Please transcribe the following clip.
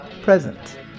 present